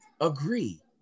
agree